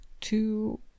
two